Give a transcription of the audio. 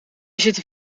zitten